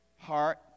heart